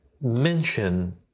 mention